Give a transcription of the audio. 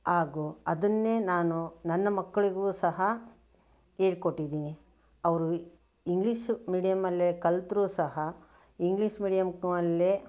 ಹಾಗು ಅದನ್ನೇ ನಾನು ನನ್ನ ಮಕ್ಕಳಿಗೂ ಸಹ ಹೇಳ್ಕೊಟ್ಟಿದ್ದೀನಿ ಅವರು ಇಂಗ್ಲೀಷ್ ಮೀಡಿಯಮಲ್ಲೇ ಕಲಿತ್ರೂ ಸಹ ಇಂಗ್ಲೀಷ್ ಮಿಡಿಯಮ್ ಅಲ್ಲೇ